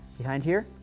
behind here,